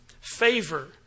favor